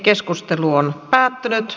keskustelu päättyi